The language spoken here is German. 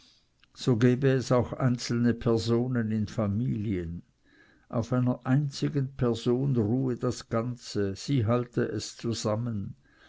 so gebe es auch einzelne personen in familien auf einer einzigen person ruhe das ganze sie halte es zusammen